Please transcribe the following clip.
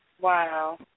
Wow